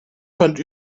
fand